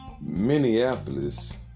Minneapolis